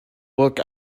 look